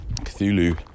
Cthulhu